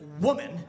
woman